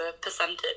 percentage